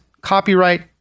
copyright